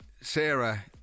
Sarah